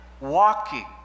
walking